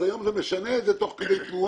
אז היום זה משנה את זה תוך כדי תנועה.